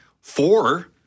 four